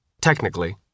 Technically